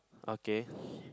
okay